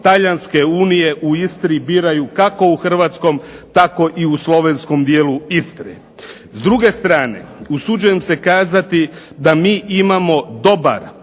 Talijanske unije u Istri biraju kako u hrvatskom, tako i u slovenskom dijelu Istre. S druge strane, usuđujem se kazati da mi imamo dobar,